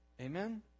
Amen